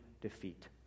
defeat